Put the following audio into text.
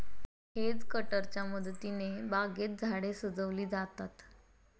hedge कटरच्या मदतीने बागेत झाडे सजविली जातात